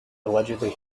allegedly